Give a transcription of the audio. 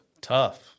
Tough